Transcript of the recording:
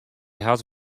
hat